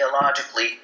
ideologically